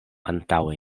antaŭe